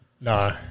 No